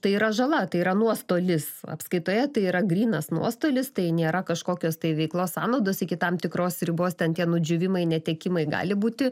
tai yra žala tai yra nuostolis apskaitoje tai yra grynas nuostolis tai nėra kažkokios tai veiklos sąnaudos iki tam tikros ribos ten tie nudžiūvimai netekimai gali būti